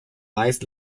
meist